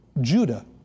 Judah